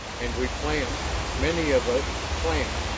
and we planned many of us planned.